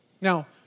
Now